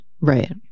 Right